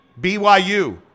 BYU